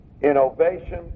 innovation